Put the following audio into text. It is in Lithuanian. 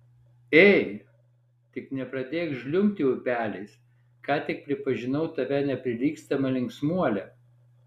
ei tik nepradėk žliumbti upeliais ką tik pripažinau tave neprilygstama linksmuole